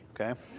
okay